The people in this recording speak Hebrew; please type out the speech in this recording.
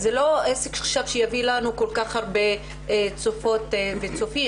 זה לא עסק שיביא לנו כל כך הרבה צופים וצופות.